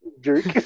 Jerk